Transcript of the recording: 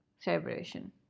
celebration